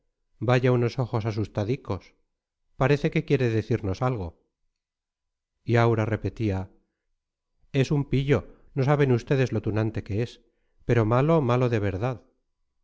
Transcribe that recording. vaya unos ojos asustadicos parece que quiere decirnos algo y aura repetía es un pillo no saben ustedes lo tunante que es pero malo malo de verdad